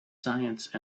science